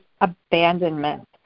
abandonment